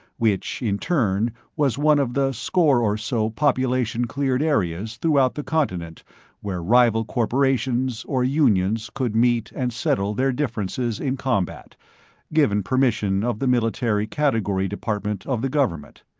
which in turn was one of the score or so population cleared areas throughout the continent where rival corporations or unions could meet and settle their differences in combat given permission of the military category department of the government.